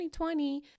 2020